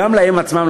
גם להם עצמם,